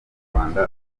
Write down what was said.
rwanda